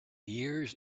years